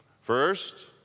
First